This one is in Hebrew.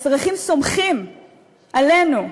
האזרחים סומכים עלינו,